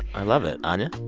i love it. anya?